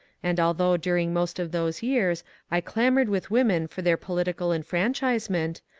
and although during most of those years i clamoured with women for their political enfranchisement,